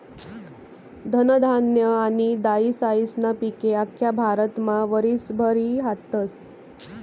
धनधान्य आनी दायीसायीस्ना पिके आख्खा भारतमा वरीसभर ई हातस